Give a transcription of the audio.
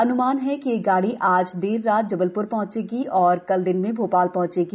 अनुमान है कि यह गाड़ी आज देर रात जबलप्र पहँचेगी और कल दिन में भोपाल पहँचेगी